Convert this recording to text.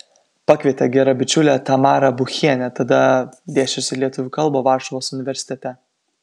pakvietė gera bičiulė tamara buchienė tada dėsčiusi lietuvių kalbą varšuvos universitete